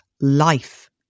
life